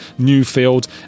Newfield